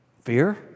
Fear